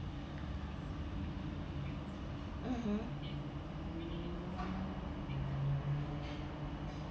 mmhmm